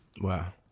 Wow